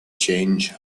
change